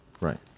Right